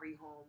home